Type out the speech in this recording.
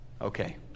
okay